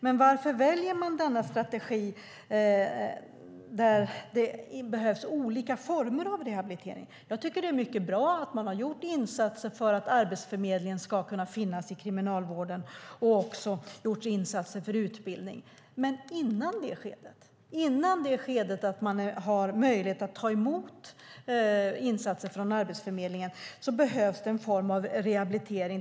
Men varför väljer man denna strategi där det behövs olika former av rehabilitering? Jag tycker att det är mycket bra att man har gjort insatser för att Arbetsförmedlingen ska kunna finnas i kriminalvården och att man också har gjort insatser för utbildning. Men innan man har möjlighet att ta emot insatser från Arbetsförmedlingen behövs en form av rehabilitering.